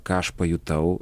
ką aš pajutau